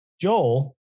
Joel